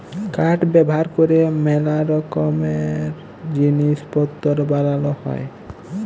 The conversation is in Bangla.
কাঠ ব্যাভার ক্যরে ম্যালা রকমের জিলিস পত্তর বালাল হ্যয়